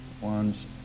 one's